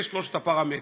אלה שלושת הפרמטרים.